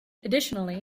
additionally